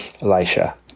Elisha